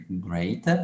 great